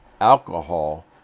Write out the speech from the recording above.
alcohol